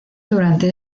durante